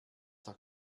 doch